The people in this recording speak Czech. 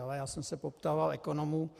Ale já jsem se poptával ekonomů.